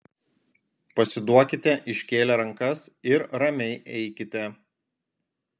pasiduokite iškėlę rankas ir ramiai eikite